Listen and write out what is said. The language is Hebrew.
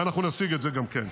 ואנחנו נשיג את זה גם כן.